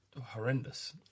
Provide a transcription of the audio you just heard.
horrendous